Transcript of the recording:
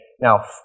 now